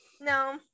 no